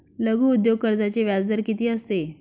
लघु उद्योग कर्जाचे व्याजदर किती असते?